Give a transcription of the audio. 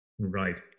Right